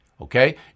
okay